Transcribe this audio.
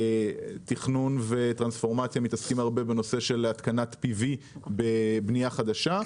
תכנון וטרנספורמציה מתעסקים הרבה בנושא של התקנת PV בבניה חדשה.